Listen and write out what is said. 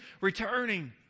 returning